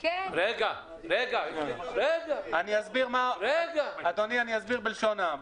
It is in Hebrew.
אדוני, אסביר בלשון העם.